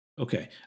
Okay